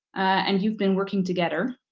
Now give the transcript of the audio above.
and you've been working together.